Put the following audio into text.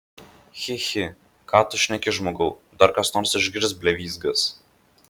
chi chi ką tu šneki žmogau dar kas nors išgirs blevyzgas